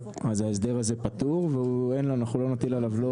אז ההסדר הזה פטור ולא נטיל עליו לא